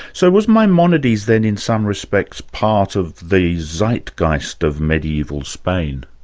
so, was maimonides then in some respects part of the zeitgeist of medieval spain?